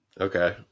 Okay